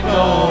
no